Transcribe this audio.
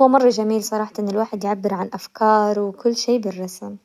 هو مرة جميل صراحة ان الواحد يعبر عن افكاره وكل شي بالرسم.